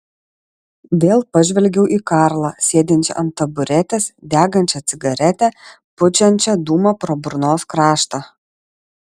vėl pažvelgiau į karlą sėdinčią ant taburetės degančią cigaretę pučiančią dūmą pro burnos kraštą